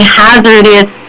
hazardous